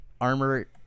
armor